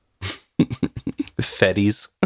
Fetties